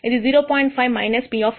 5P ఇది 0